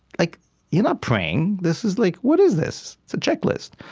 like you're not praying. this is like what is this? it's a checklist.